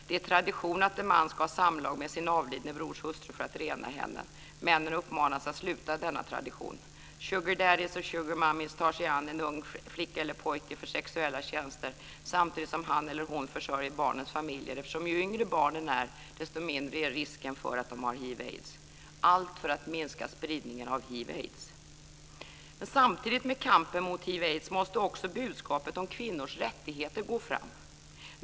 Det är tradition att en man ska ha samlag med sin avlidne brors hustru för att rena henne. Männen uppmanas att sluta med denna tradition. Sugardaddies och sugar-mummies tar sig an en ung flicka eller pojke för sexuella tjänster, samtidigt som han eller hon försörjer barnens familjer, eftersom ju yngre barnen är desto mindre är risken att de har hiv aids. Samtidigt med kampen mot hiv/aids måste också budskapet om kvinnors rättigheter gå fram.